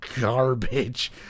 garbage